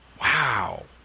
Wow